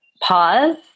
pause